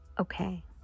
okay